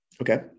Okay